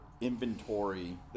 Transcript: inventory